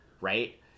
Right